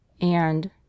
And